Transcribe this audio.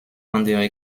andere